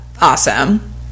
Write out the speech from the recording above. awesome